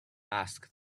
asked